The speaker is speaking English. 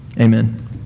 Amen